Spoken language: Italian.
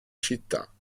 città